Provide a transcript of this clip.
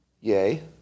Yay